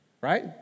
Right